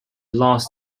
lost